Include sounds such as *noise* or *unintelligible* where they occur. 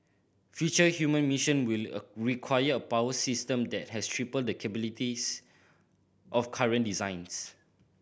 future human mission will *unintelligible* require a power system that has triple the capabilities of current designs